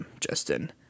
Justin